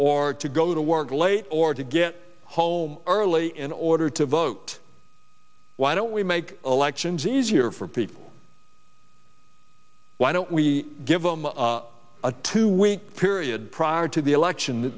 or to go to work late or to get home early in order to vote why don't we make elections easier for people why don't we give them a two week period prior to the election